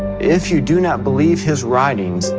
if you do not believe his writings,